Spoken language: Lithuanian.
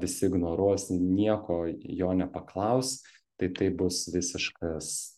visi ignoruos nieko jo nepaklaus tai tai bus visiškas